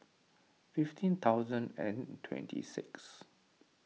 fifteen thousand and twenty six